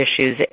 issues